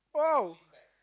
!woah!